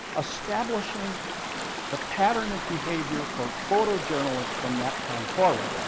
establishing the pattern of behavior for photojournalists from that time forward.